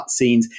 cutscenes